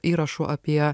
įrašu apie